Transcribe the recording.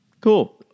Cool